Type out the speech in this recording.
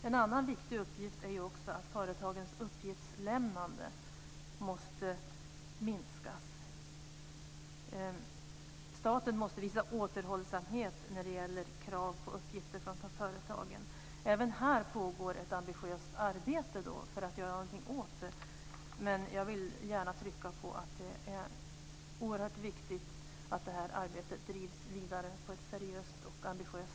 En annan viktig sak är att företagens uppgiftslämnande måste minskas. Staten måste visa återhållsamhet när det gäller krav på uppgifter från företagen. Även här pågår det ett ambitiöst arbete för att göra någonting åt det. Men jag vill betona att det är oerhört viktigt att arbetet drivs vidare på ett seriöst och ambitiöst sätt.